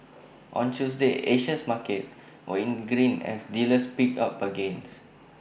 on Tuesday Asian markets were in the green as dealers picked up bargains